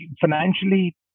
financially